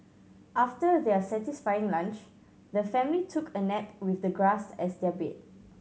after their satisfying lunch the family took a nap with the grass as their bed